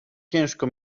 ciężko